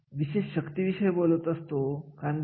मग प्रत्येक व्यक्ती हे गुण मिळते की नाही